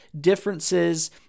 differences